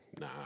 nah